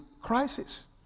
crisis